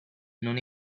non